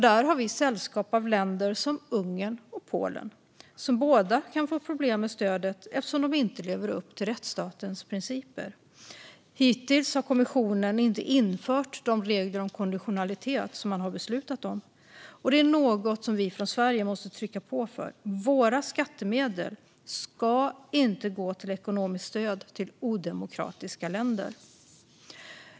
Där har vi sällskap av länder som Ungern och Polen, som båda kan få problem med stödet eftersom de inte lever upp till rättsstatens principer. Hittills har kommissionen inte infört de regler om konditionalitet som man har beslutat om. Det är något som Sverige måste trycka på för. Våra skattemedel ska inte gå till ekonomiskt stöd till odemokratiska länder.